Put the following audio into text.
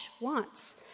wants